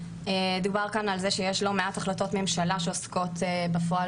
דובר על זה שיש לא מעט החלטות ממשלה שעוסקות בפועל